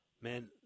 Man